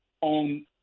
on